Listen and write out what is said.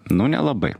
nu nelabai